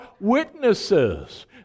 witnesses